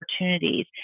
opportunities